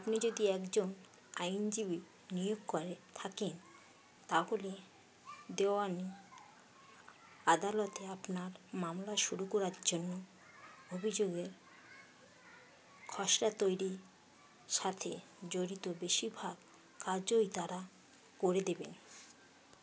আপনি যদি একজন আইনজীবী নিয়োগ করে থাকেন তাহলে দেওয়ানি আদালতে আপনার মামলা শুরু করার জন্য অভিযোগের খসরা তৈরির সাথে জড়িত বেশিরভাগ কাজই তারা করে দেবেন